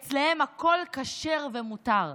אצלם הכול כשר ומותר.